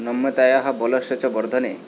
नम्मतयाः बलस्य च वर्धने